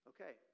Okay